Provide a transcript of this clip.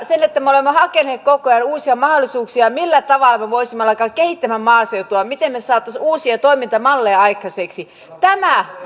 ammattitoiminnoissani ja me olemme hakeneet koko ajan uusia mahdollisuuksia millä tavalla me me voisimme alkaa kehittämään maaseutua miten me saisimme uusia toimintamalleja aikaiseksi tämä